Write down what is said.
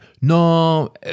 no